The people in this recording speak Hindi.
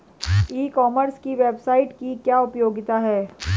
ई कॉमर्स की वेबसाइट की क्या उपयोगिता है?